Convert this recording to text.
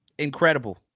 incredible